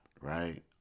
right